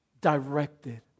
directed